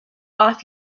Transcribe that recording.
off